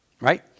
right